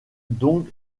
dong